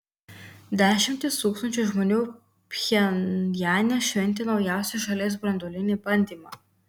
dešimtys tūkstančių žmonių pchenjane šventė naujausią šalies branduolinį bandymą